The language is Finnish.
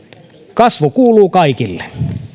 kasvu kuuluu kaikille